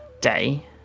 day